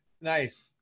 nice